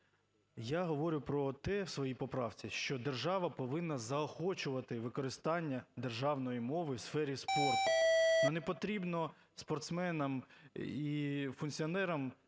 Я говорю про те у своїй поправці, що держава повинна заохочувати використання державної мови у сфері спорту. Но не потрібно спортсменам і функціонерам